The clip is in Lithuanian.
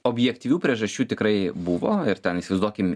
objektyvių priežasčių tikrai buvo ir ten įsivaizduokim